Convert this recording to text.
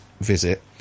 visit